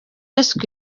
yesu